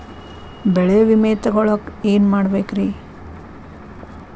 ಬೆಳೆ ವಿಮೆ ತಗೊಳಾಕ ಏನ್ ಮಾಡಬೇಕ್ರೇ?